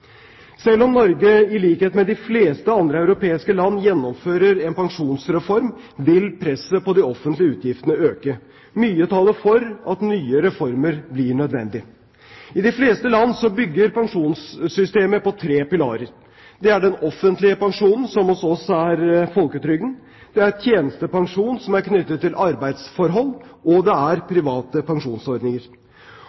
Selv om Norge i likhet med de fleste andre europeiske land gjennomfører en pensjonsreform, vil presset på de offentlige utgiftene øke. Mye taler for at nye reformer blir nødvendig. I de fleste land bygger pensjonssystemet på tre pilarer. Det er den offentlige pensjonen, som hos oss er folketrygden, det er tjenestepensjon, som er knyttet til arbeidsforhold, og det er